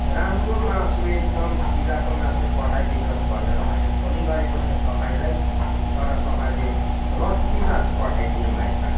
राम्रो मासु एकदम फिलाको मासु पठाइ दिनु होस् भनेर मैले फोन गरेको थिएँ तपाईँलाई तर तपाईँले रड्डी मासु पठाइदिनु भएछ